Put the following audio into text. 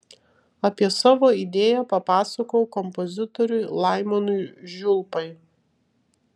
apie savo idėją papasakojau kompozitoriui laimonui žiulpai